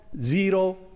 zero